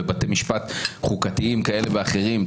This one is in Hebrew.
בבתי משפט חוקתיים כאלה ואחרים,